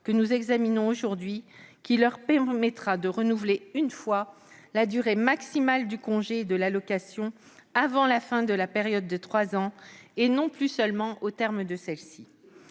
que nous examinons aujourd'hui, car elle vise à leur permettre de renouveler une fois la durée maximale du congé et de l'allocation avant la fin de la période de trois ans, et non plus seulement au terme de celle-ci.